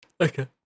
Okay